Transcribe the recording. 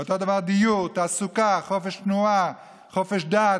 ואותו דבר דיור, תעסוקה, חופש תנועה, חופש דת,